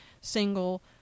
single